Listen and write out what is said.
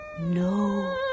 No